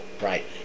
Right